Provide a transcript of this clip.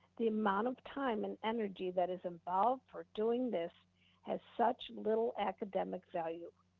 the amount of time and energy that is involved for doing this has such little academic value.